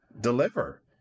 deliver